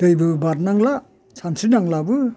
दैबो बारनांला सानस्रिनांलाबो